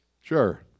sure